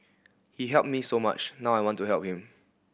he helped me so much now I want to help him